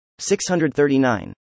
639